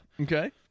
okay